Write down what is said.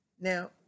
Now